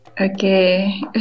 Okay